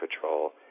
Patrol